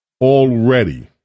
Already